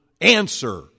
answer